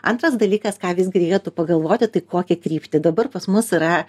antras dalykas ką visgi reikėtų pagalvoti tai kokią kryptį dabar pas mus yra